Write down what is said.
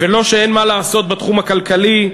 ולא שאין מה לעשות בתחום הכלכלי,